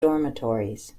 dormitories